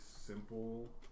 simple